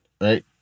right